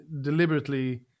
deliberately